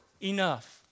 enough